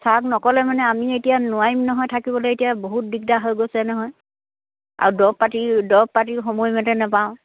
ছাৰক নক'লে মানে আমি এতিয়া নোৱাৰিম নহয় থাকিবলৈ এতিয়া বহুত দিগদাৰ হৈ গৈছে নহয় আৰু দৰৱ পাতি দৰৱ পাতিও সময়মতে নাপাওঁ